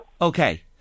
okay